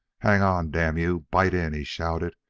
hang on, damn you! bite in! he shouted,